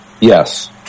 Yes